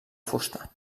fusta